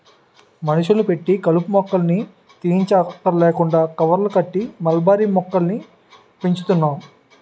మనుషుల్ని పెట్టి కలుపు మొక్కల్ని తీయంచక్కర్లేకుండా కవర్లు కట్టి మల్బరీ మొక్కల్ని పెంచుతున్నాం